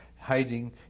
hiding